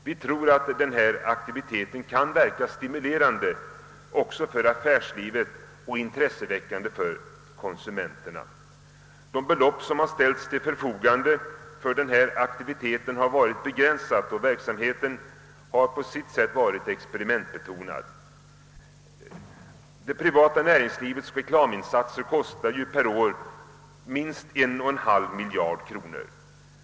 Vi tror att denna aktivitet kan verka stimulerande på affärslivet och intresseväckande för konsumenterna. Det belopp som ställts till förfogande för detta ändamål har varit begränsat, och verksamheten har på sitt sätt varit experimentbetonad. Det privata näringslivets reklaminsatser kostar ju minst 1,5 miljard kronor per år.